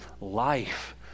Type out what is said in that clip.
life